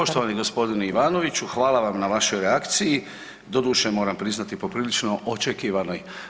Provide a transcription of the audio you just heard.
Poštovani gospodine Ivanoviću hvala vam na vašoj reakciji, doduše moram priznati poprilično očekivanoj.